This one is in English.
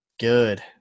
good